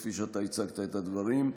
כפי שאתה הצגת את הדברים.